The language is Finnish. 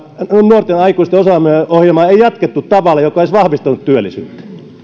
nuorten aikuisten osaamisohjelmaa ei jatkettu tavalla joka olisi vahvistanut työllisyyttä